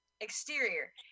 Exterior